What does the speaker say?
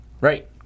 Right